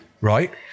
right